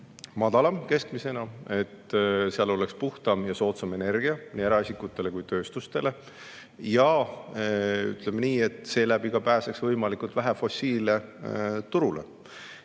madalam keskmisest, et oleks puhtam ja soodsam energia nii eraisikutele kui ka tööstustele ja, ütleme nii, seeläbi pääseks võimalikult vähe fossiil[energiat]